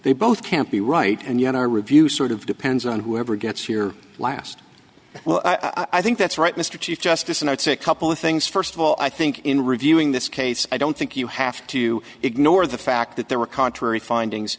they both can't be right and yet our review sort of depends on whoever gets here last well i think that's right mr chief justice and i'd say a couple of things first of all i think in reviewing this case i don't think you have to ignore the fact that there were contrary findings